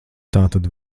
tātad